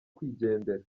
kwigendera